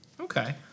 Okay